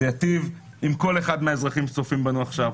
זה ייטיב עם כל אחד מהאזרחים שצופים בנו עכשיו,